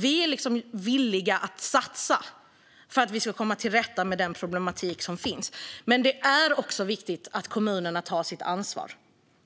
Vi är villiga att satsa för att komma till rätta med den problematik som finns, men det är också viktigt att kommunerna tar sitt ansvar.